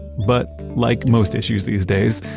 but, like most issues these days,